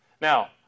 Now